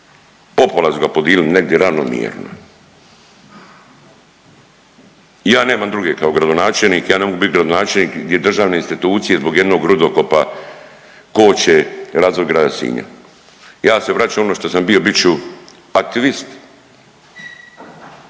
popola su ga podilili negdje ravnomjerno. I ja nemam druge kao gradonačelnik, ja ne mogu bit gradonačelnik gdje državne institucije zbog jednog rudokopa koče razvoj grada Sinja. Ja se vraćam onom što sam bio, bit ću aktivist